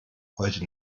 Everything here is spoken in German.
heute